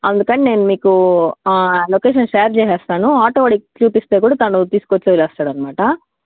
అందుకని నేను మీకు లొకేషన్ షేర్ చేస్తాను ఆటోవాడికి చూపిస్తే కూడా తను తీసుకొచ్చి వదిలేస్తాడన్నమాట